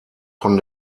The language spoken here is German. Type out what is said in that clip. von